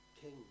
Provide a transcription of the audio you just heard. King